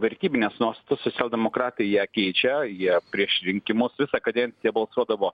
vertybinės nuostatas socialdemokratai jie keičia jie prieš rinkimus visą kadenciją balsuodavo